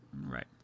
right